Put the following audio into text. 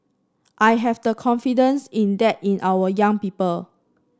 I have the confidence in that in our young people